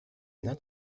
not